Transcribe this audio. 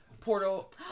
portal